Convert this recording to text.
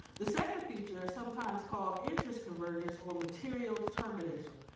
the second feature, sometimes called interest convergence or material determinism.